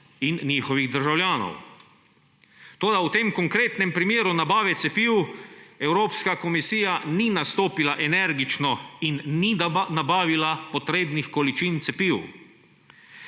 in njihovih državljanov. Toda v tem konkretnem primeru nabave cepiv Evropska komisija ni nastopila energično in ni nabavila potrebnih količin cepiv.